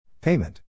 Payment